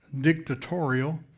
dictatorial